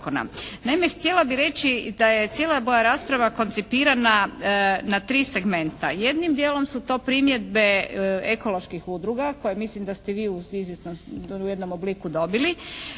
Naime, htjela bih reći da je cijela moja rasprava koncipirana na tri segmenta. Jednim dijelom su to primjedbe ekoloških udruga koje mislim da ste vi u izvjesnom, u jednom obliku dobili.